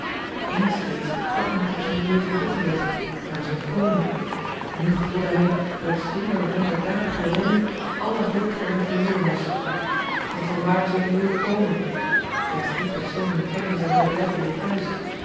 eens reeds had men het op zijn leven toegelegd hij was ontkomen nu gevoelde hij dat zonder wonderdadige redding alle hulp voor hem verloren was en van waar zou die hulp komen slechts drie personen kenden zijn verblijf in dit huis